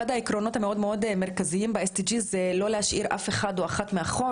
אחד העקרונות המאוד מרכזיים ב-SDG זה לא להשאיר אף אחד או אחת מאחור,